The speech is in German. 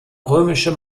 römische